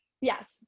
Yes